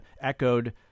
echoed